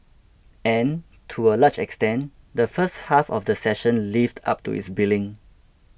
and to a large extent the first half of the session lived up to its billing